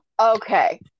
Okay